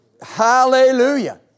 Hallelujah